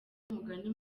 umugani